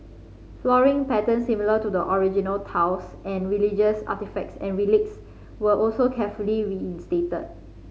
flooring patterns similar to the original tiles and religious artefacts and relics were also carefully reinstated